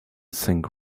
think